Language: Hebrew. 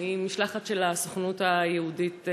ממשלחת של הסוכנות היהודית.